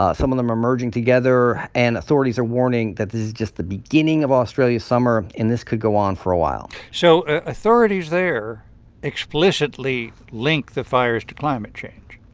ah some of them are merging together. and authorities are warning that this is just the beginning of australia's summer. and this could go on for a while so authorities there explicitly link the fires to climate change